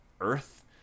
Earth